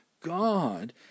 God